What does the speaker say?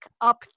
up